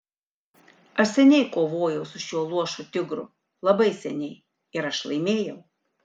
aš seniai kovojau su šiuo luošu tigru labai seniai ir aš laimėjau